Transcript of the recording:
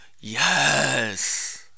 Yes